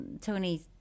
tony